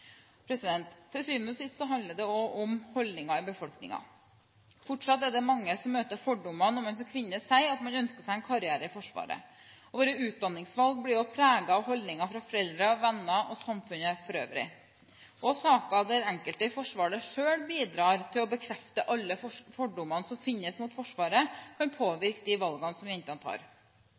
Til syvende og sist handler det om holdninger i befolkningen. Fortsatt er det mange som møter fordommer når man som kvinne sier at man ønsker seg en karriere i Forsvaret. Våre utdanningsvalg blir jo preget av holdninger fra foreldre, venner og samfunnet for øvrig, og saker der enkelte i Forsvaret selv bidrar til å bekrefte alle fordommene som finnes mot Forsvaret, kan påvirke de valgene som jentene tar.